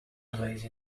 blaze